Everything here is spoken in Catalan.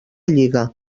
lliga